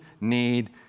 need